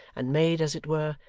and made, as it were,